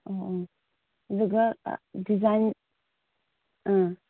ꯑꯣ ꯑꯣ ꯑꯗꯨꯒ ꯗꯤꯖꯥꯏꯟ ꯑꯥ